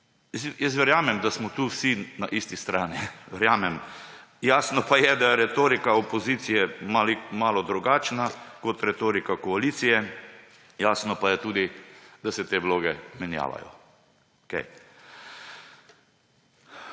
Jaz verjamem, da smo tu vsi na isti strani, verjamem. Jasno pa je, da je retorika opozicije malo drugačna kot je retorika koalicije. Jasno pa je tudi, da se te vloge menjavajo.